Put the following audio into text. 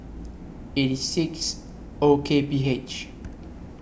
eighty six O K P H